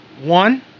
One